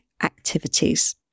activities